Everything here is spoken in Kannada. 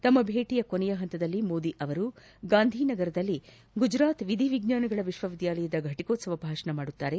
ತಮ್ಮ ಭೇಟಿಯ ಕೊನೆಯ ಹಂತದಲ್ಲಿ ಮೋದಿ ಅವರು ಗಾಂಧಿನಗರ್ನಲ್ಲಿ ಗುಜರಾತ್ ವಿಧಿವಿಜ್ಞಾನಗಳ ವಿಶ್ವವಿದ್ದಾಲಯದ ಫಟಿಕೋತ್ಸವ ಭಾಷಣ ಮಾಡಲಿದ್ದಾರೆ